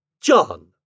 John